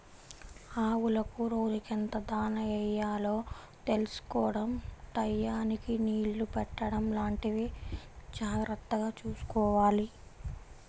ఆవులకు రోజుకెంత దాణా యెయ్యాలో తెలుసుకోడం టైయ్యానికి నీళ్ళు పెట్టడం లాంటివి జాగర్తగా చూసుకోవాలి